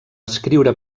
escriure